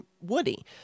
Woody